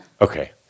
Okay